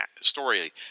story